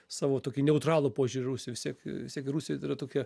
savo tokį neutralų požiūrį į rusiją vis tiek vis tiek rusija tai yra tokia